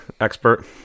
expert